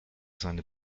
seine